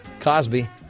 Cosby